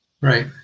Right